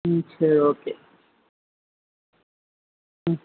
ம் சரி ஓகே ம்